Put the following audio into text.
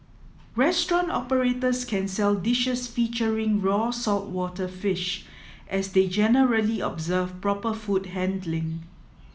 restaurant operators can sell dishes featuring raw saltwater fish as they generally observe proper food handling